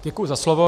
Děkuji za slovo.